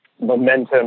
momentum